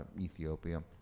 Ethiopia